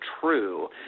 true